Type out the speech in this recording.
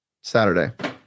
Saturday